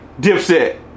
Dipset